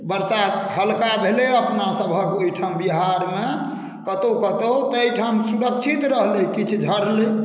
बरसात हल्का भेलै अपनासभक ओहिठाम बिहारमे कतहु कतहु ताहि ठाम सुरक्षित रहलै किछु झड़लै